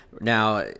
Now